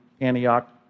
Antioch